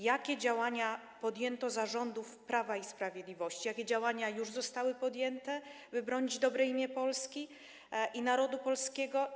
Jakie działania podjęto za rządów Prawa i Sprawiedliwości - jakie działania już zostały podjęte - by bronić dobrego imienia Polski i narodu polskiego?